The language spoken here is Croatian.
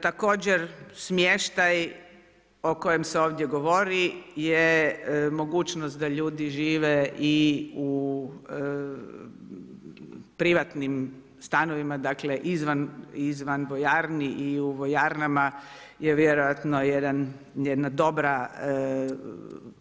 Također smještaj o kojem se ovdje govori je mogućnost da ljudi žive i u privatnim stanovima, dakle izvan vojarni i u vojarnama je vjerojatno jedna dobra